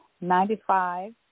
Ninety-five